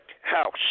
house